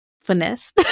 finesse